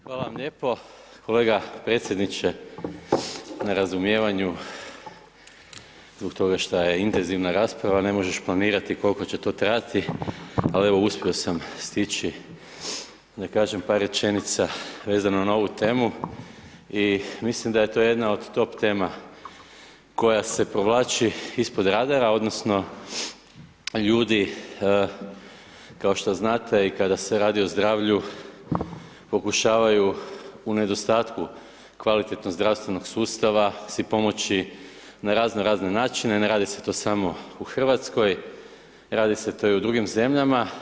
Hvala vam lijepo kolega predsjedniče na razumijevanju zbog toga šta je intenzivna rasprava, ne možeš planirati koliko će to trajati ali evo uspio sam stići da kažem par rečenica vezano na ovu temu i mislim da je to jedna od top tema koja se provlači ispod radara odnosno ljudi kao što znate i kada se radi o zdravlju, pokušavaju u nedostatku kvalitetnog zdravstvenog sustava si pomoći na raznorazne načine, ne radi se to samo u Hrvatskoj, radi se to i u drugim zemljama.